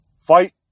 Fight